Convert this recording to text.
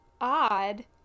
odd